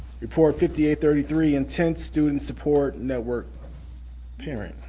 report fifty eight thirty three, intent student support network parent.